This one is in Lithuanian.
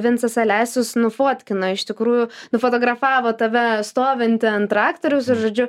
vincas alesius nufotkino iš tikrųjų nufotografavo tave stovintį ant traktoriaus ir žodžiu